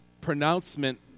pronouncement